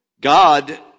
God